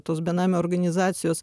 tos benamių organizacijos